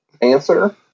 answer